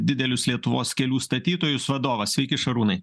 didelius lietuvos kelių statytojus vadovas sveiki šarūnai